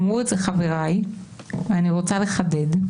אמרו את זה חבריי ואני רוצה לחדד,